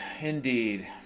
indeed